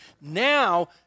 Now